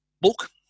book